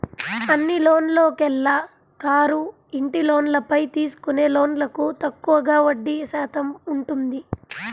అన్ని లోన్లలోకెల్లా కారు, ఇంటి లోన్లపై తీసుకునే లోన్లకు తక్కువగా వడ్డీ శాతం ఉంటుంది